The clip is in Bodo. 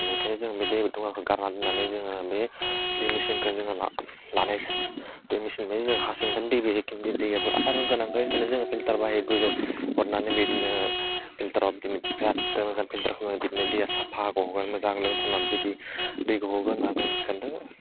बेनिखायनो जों बे दै दुङाखौ गारना दोन्नानै जोङो बे दै मेसिनखौ जोङो ला लानाय दै मेसिन बे जों हा सिंनिफ्रायनो दै बोयो बे दैया आरो गोनांखायनो जोङो फिलथार बाहायो गोजौआव हरनानै बिदिनो फिलथाराव बिराद मोजां फिलथार खालामनानै बिदिनो दैया साफा गगोन मोजां लोंथावना बिदि दै गहोगोन मागोन खिन्थु